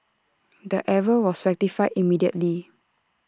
the error was rectified immediately